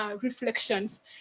reflections